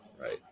right